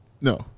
no